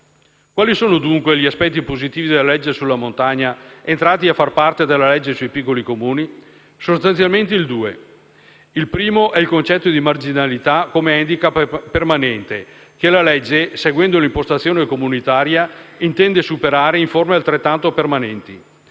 Quali sono dunque gli aspetti positivi della legge sulla montagna entrati a far parte dalla legge sui piccoli Comuni? Sostanzialmente due: il primo è il concetto di marginalità come *handicap* permanente, che la legge, seguendo l'impostazione comunitaria, intende superare in forme altrettanto permanenti.